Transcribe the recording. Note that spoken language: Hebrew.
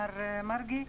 מר מרגי.